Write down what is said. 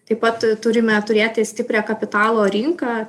taip pat turime turėti stiprią kapitalo rinką